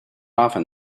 often